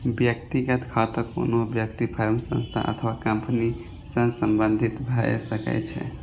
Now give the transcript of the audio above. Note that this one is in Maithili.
व्यक्तिगत खाता कोनो व्यक्ति, फर्म, संस्था अथवा कंपनी सं संबंधित भए सकै छै